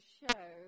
show